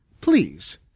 Please